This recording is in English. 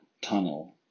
tunnel